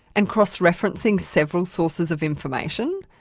and cross-referencing several sources of information?